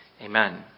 Amen